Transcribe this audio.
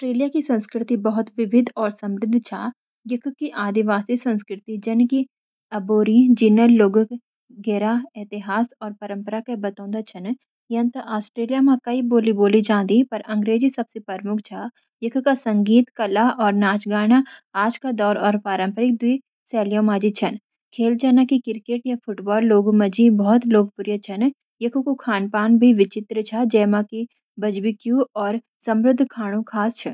ऑस्ट्रेलिया की संस्कृति बहुत विविध और समृद्ध छा। यख की आदिवासी संस्कृति जन की अबोरी जिनल लोगेक गेरा एतिहास और परम्परा के बतोन्डा छ। यान ता ऑस्ट्रेलिया मा काई बोली बोलेजंदी पर अंग्रजी सबसे प्रमुख छ. यख का संगीत, कला और नाच गाना आज का डोर और पारंपरिक द्विय शैलियाँ माजी छन। खेल जाना कि क्रिकेट या फुटबॉल लोगु माजी भूत लोकप्रिय छन। यख कू खान पान भी विचित्र छ जेमा की बजबिक्यू और समुद्र खानु खास छ।